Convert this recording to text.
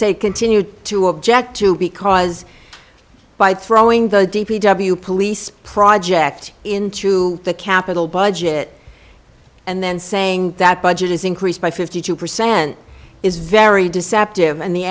say continue to object to because by throwing the d p w police project into the capital budget and then saying that budget is increased by fifty two percent is very deceptive and the